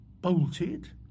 bolted